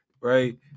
right